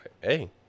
Hey